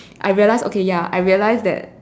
I realised okay ya I realised that